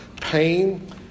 pain